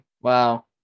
Wow